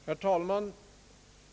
Herr talman!